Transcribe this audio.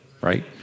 right